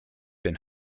been